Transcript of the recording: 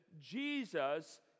Jesus